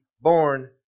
born